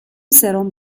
سرم